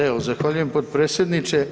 Evo zahvaljujem potpredsjedniče.